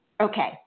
Okay